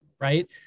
right